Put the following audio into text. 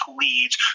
leads